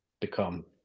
become